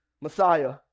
Messiah